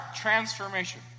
transformation